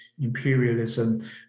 imperialism